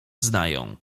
znają